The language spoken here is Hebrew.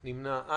אין נמנעים,